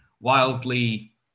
wildly